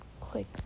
Click